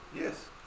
Yes